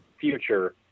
future